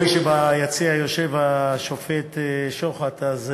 אמרו לי שביציע יושב השופט שוחט, אז,